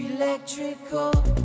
electrical